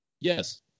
Yes